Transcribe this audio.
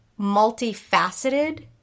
multifaceted